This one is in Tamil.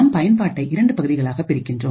நாம் பயன்பாட்டை இரண்டு பகுதிகளாக பிரிகின்றோம்